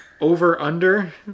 over-under